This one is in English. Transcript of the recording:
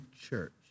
church